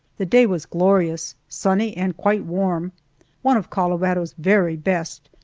the day was glorious sunny, and quite warm one of colorado's very best,